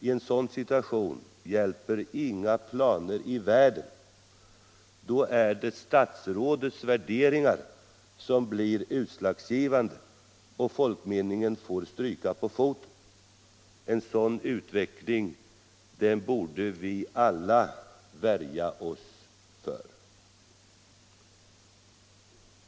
I en sådan situation hjälper inga planer i världen — då är det statsrådets värderingar som blir utslagsgivande, och folkmeningen får stryka på foten. En sådan utveckling borde vi alla värja oss mot.